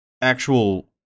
actual